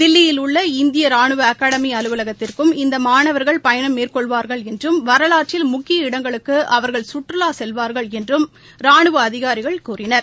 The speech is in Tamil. தில்லீயில் உள்ள இந்திய ரானுவ அகாடமி அலுவலகத்திற்கும் இந்த மாணவர்கள் பயணம் மேற்கொள்வார்கள் என்றும் வரலாற்றில் முக்கிய இடங்களுக்கு அவர்கள் சுற்றுவா செல்வார்கள் என்றும் ரானுவ அதிகாரிகள் கூறினர்